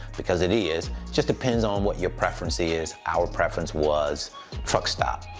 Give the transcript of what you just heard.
because it is, just depends on what your preference is. our preference was truckstop.